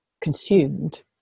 consumed